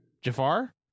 Jafar